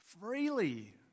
freely